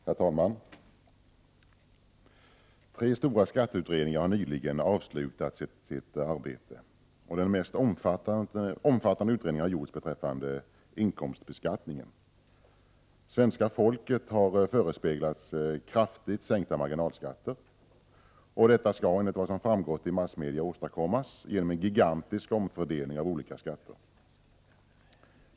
Herr talman! Tre stora skatteutredningar har nyligen avslutat sitt arbete. Den mest omfattande utredningen har gjorts beträffande inkomstbeskattningen. Svenska folket har förespeglats kraftigt sänkta marginalskatter. Detta skall enligt vad som framgått i massmedia åstadkommas genom en gigantisk omfördelning av olika skatter.